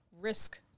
risk